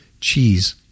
Cheese